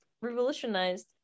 revolutionized